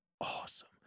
awesome